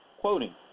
Quoting